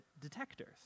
detectors